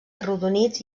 arrodonits